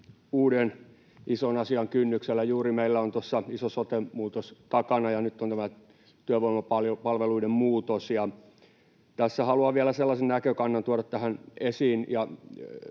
uuden ison asian kynnyksellä. Meillä on iso sote-muutos juuri takana, ja nyt on tämä työvoimapalveluiden muutos. Tässä haluan vielä sellaisen näkökannan tähän tuoda esiin